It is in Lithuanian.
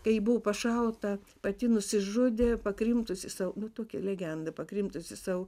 kai ji buvo pašauta pati nusižudė pakrimtusi savo nu tokia legenda pakrimtusi sau